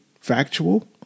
factual